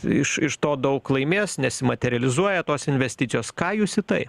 iš iš to daug laimės nesimaterializuoja tos investicijos ką jūs į tai